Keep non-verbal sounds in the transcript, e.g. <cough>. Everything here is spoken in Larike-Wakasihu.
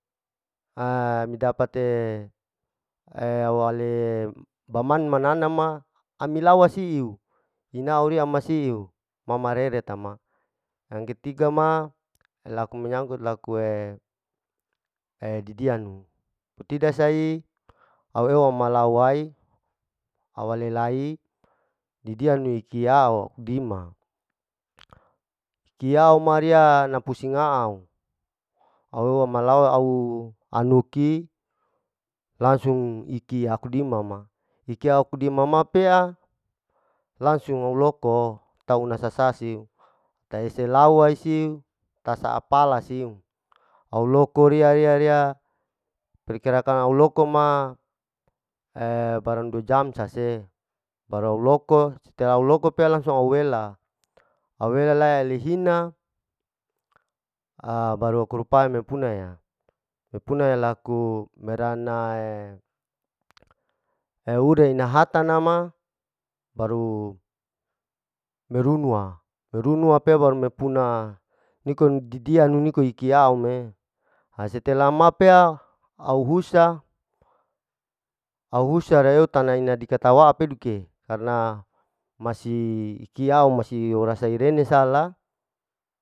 <hesitation> mi dapate <hesitation> awale baman manana ma ami lawa siu, inau riya ama siu ma ma rere tama, yang ke tiga ma, laku menyangkut laku <hesitation> didianu putida sai, au eu malawai awalelai didianu ikiau dima, ikiyau ma riya na pusing a'au, au wemalawa au anuki langsung iki aku dima ma, ikyau iki dima ma pea, langsung au loko, tau na sasa siu, tahese lawa siu, tasa apala siu, au loko riya riya riya perkirakan au loko ma, <hesitation> barang dua jam sase, baru au loko setelah au loko pea langsung au wela, au wela lai leihina, <hesitation> baru aku rupa e maepuna yaa, maepuna laku merana <hesitation> ude ina hatanama baru merunuwa, merunuwa pea baru mepuna nikom didianu niko iki yaum'e, ha setela ma pea au husa, au husa reo ta ina dikatana pekeduke, karna masi iki au masi orasa irene sala.